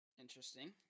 Interesting